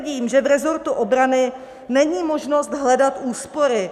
Netvrdím, že v resortu obrany není možnost hledat úspory.